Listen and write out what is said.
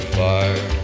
fire